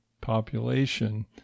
population